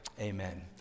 Amen